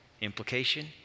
Implication